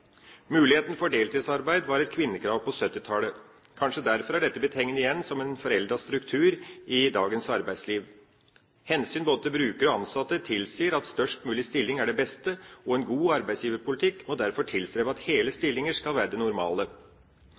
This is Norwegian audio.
Muligheten for deltidsarbeid var et kvinnekrav på 1970-tallet. Kanskje derfor er dette blitt hengende igjen som en foreldet struktur i dagens arbeidsliv. Hensyn både til brukere og ansatte tilsier at størst mulig stilling er det beste, og en god arbeidsgiverpolitikk må derfor tilstrebe at hele stillinger skal være det normale.